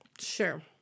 Sure